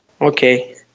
Okay